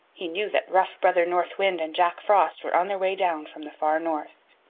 he knew that rough brother north wind and jack frost were on their way down from the far north.